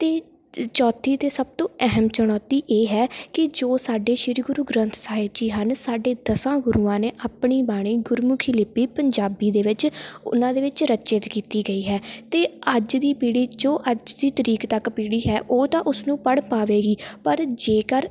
ਅਤੇ ਚ ਚੌਥੀ ਅਤੇ ਸਭ ਤੋਂ ਅਹਿਮ ਚੁਣੌਤੀ ਇਹ ਹੈ ਕਿ ਜੋ ਸਾਡੇ ਸ਼੍ਰੀ ਗੁਰੂ ਗ੍ਰੰਥ ਸਾਹਿਬ ਜੀ ਹਨ ਸਾਡੇ ਦਸਾਂ ਗੁਰੂਆਂ ਨੇ ਆਪਣੀ ਬਾਣੀ ਗੁਰਮੁਖੀ ਲਿਪੀ ਪੰਜਾਬੀ ਦੇ ਵਿੱਚ ਉਹਨਾਂ ਦੇ ਵਿੱਚ ਰਚਿਤ ਕੀਤੀ ਗਈ ਹੈ ਤਾਂ ਅੱਜ ਦੀ ਪੀੜੀ ਜੋ ਅੱਜ ਦੀ ਤਰੀਕ ਤੱਕ ਪੀੜੀ ਹੈ ਉਹ ਦਾ ਉਸਨੂੰ ਪੜ੍ਹ ਪਾਵੇਗੀ ਪਰ ਜੇਕਰ